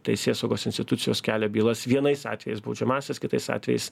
teisėsaugos institucijos kelia bylas vienais atvejais baudžiamąsias kitais atvejais